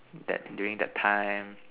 that during that time